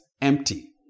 empty